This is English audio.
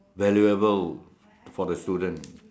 valuable for the students